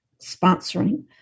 sponsoring